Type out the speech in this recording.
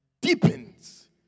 Deepens